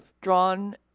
drawn